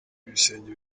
ibisenge